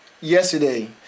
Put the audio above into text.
yesterday